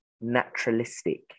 naturalistic